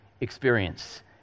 experience